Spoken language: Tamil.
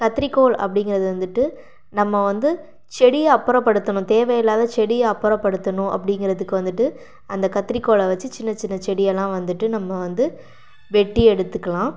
கத்திரிக்கோல் அப்படிங்கிறது வந்துட்டு நம்ம வந்து செடியை அப்புறோம் படுத்தன்ணு தேவை இல்லாத செடியை அப்புறோம் படுத்தன்ணு அப்படிங்கிறதுக்கு வந்துட்டு அந்த கத்திரி கோலை வந்துட்டு சின்னச்சின்ன செடியெல்லாம் வந்துட்டு நம்ம வந்து வெட்டி எடுத்துக்கலாம்